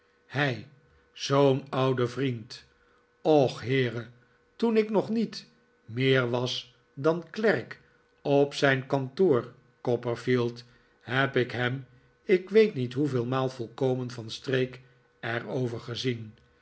hij zoo'n oude vriend och heere toen ik nog niet meer was dan klerk op zijn kantoor copperfield heb ik hem ik weet niet hoeveel maal volkomen van streek er over gezien